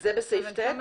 זה בסעיף (ט)?